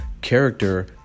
Character